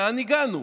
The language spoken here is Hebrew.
לאן הגענו?